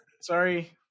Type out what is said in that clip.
sorry